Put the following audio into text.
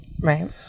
Right